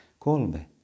Kolbe